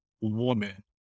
woman